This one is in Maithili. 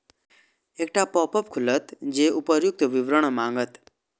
एकटा पॉपअप खुलत जे उपर्युक्त विवरण मांगत